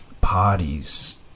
parties